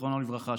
זיכרונו לברכה,